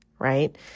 Right